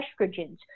estrogens